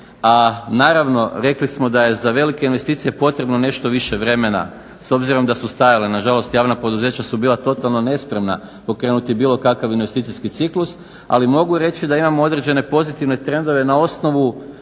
a naravno rekli smo da je za velike investicije potrebno nešto više vremena s obzirom da su stajale, nažalost javna poduzeća su bila totalno nespremna pokrenuti bilo kakav investicijski ciklus, ali mogu reći da imamo određene pozitivne trendove na osnovu